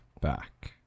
back